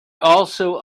also